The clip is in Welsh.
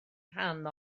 rhan